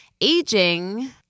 Aging